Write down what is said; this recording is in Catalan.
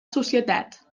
societat